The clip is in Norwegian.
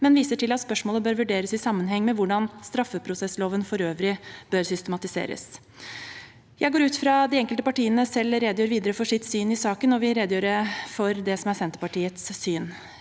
men viser til at spørsmålet bør vurderes i sammenheng med hvordan straffeprosessloven for øvrig bør systematiseres. Jeg går ut fra at de enkelte partiene selv redegjør videre for sitt syn i saken. Jeg vil redegjøre for det som er Senterpartiets syn.